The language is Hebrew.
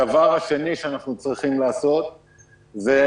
הדבר השני שאנחנו צריכים לעשות הוא,